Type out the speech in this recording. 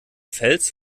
fels